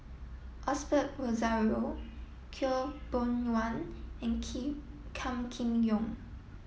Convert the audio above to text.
Osbert Rozario Khaw Boon Wan and Kee Kam Kee Yong